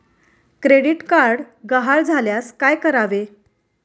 Credit card गहाळ झाल्यास काय करावे?